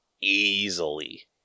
Easily